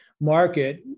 market